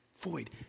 void